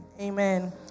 Amen